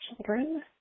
children